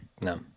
no